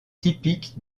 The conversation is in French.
typique